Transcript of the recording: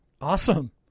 Awesome